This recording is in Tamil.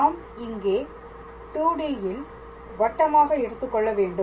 நாம் இங்கே 2D ல் வட்டமாக எடுத்துக்கொள்ள வேண்டும்